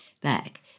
back